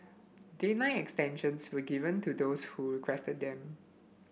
deadline extensions were given to those who requested them